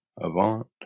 Avant